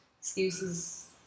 excuses